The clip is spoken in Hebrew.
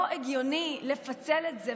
לא הגיוני לפצל את זה,